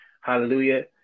hallelujah